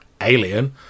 alien